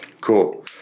cool